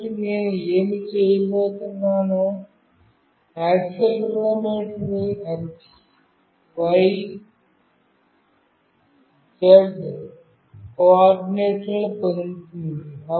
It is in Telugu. కాబట్టి నేను ఏమి చేయబోతున్నానో యాక్సిలెరోమీటర్ x y z కోఆర్డినేట్లను పొందుతుంది